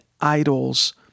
idols